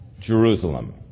Jerusalem